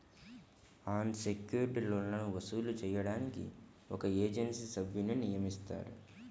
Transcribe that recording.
అన్ secured లోన్లని వసూలు చేయడానికి ఒక ఏజెన్సీ సభ్యున్ని నియమిస్తారు